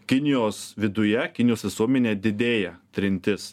kinijos viduje kinijos visuomenėje didėja trintis